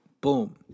Boom